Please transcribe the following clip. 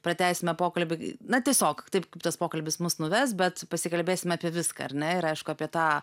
pratęsime pokalbį na tiesiog taip kaip tas pokalbis mus nuves bet pasikalbėsim apie viską ar ne ir aišku apie tą